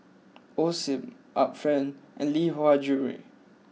Osim Art Friend and Lee Hwa Jewellery